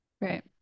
Right